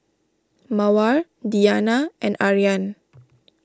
Mawar Diyana and Aryan